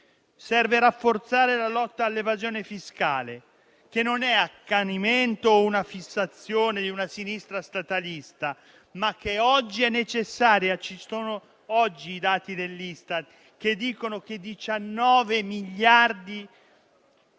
Serve rafforzare la lotta all'evasione fiscale, che non è un accanimento o una fissazione di una sinistra statalista, ma che oggi è necessaria. Oggi i dati dell'Istat ci dicono che il